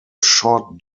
short